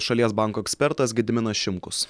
šalies banko ekspertas gediminas šimkus